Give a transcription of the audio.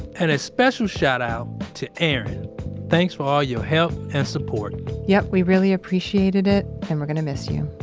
and a special shoutout to erin thanks for all your help and support yep. we really appreciated it, and we're gonna miss you.